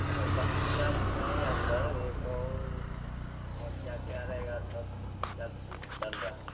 हाँ समस्या तो नहीं है सर एकऊ समस्या क्या रहेगा सर सब चीज़ अच्छे से चल रहा है